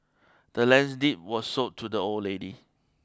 the land's deed was sold to the old lady